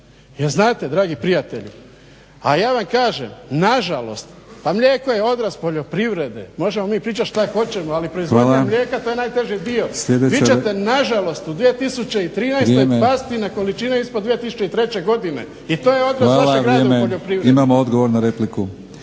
Jel' znate dragi prijatelju? A ja vam kažem nažalost pa mlijeko je odraz poljoprivrede. Možemo mi pričati što hoćemo ali proizvodnja mlijeka to je najteži dio. Vi ćete nažalost u 2013. pasti na količine ispod 2003. godine. I to je odraz vašeg rada u poljoprivredi. **Batinić, Milorad (HNS)** Hvala. Imamo odgovor na repliku.